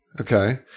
Okay